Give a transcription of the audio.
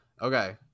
Okay